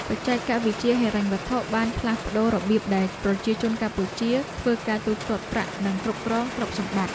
បច្ចេកវិទ្យាហិរញ្ញវត្ថុបានផ្លាស់ប្តូររបៀបដែលប្រជាជនកម្ពុជាធ្វើការទូទាត់ប្រាក់ និងគ្រប់គ្រងទ្រព្យសម្បត្តិ។